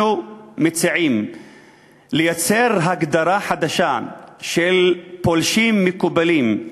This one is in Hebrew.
אנחנו מציעים לייצר הגדרה חדשה של "פולשים מקובלים",